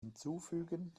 hinzufügen